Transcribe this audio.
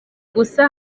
gusa